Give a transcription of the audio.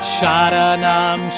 Sharanam